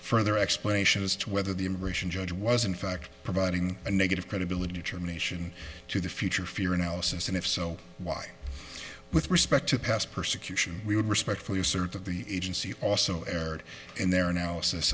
further explanation as to whether the immigration judge was in fact providing a negative credibility determination to the future fear analysis and if so why with respect to past persecution we would respectfully assert that the agency also erred and their analysis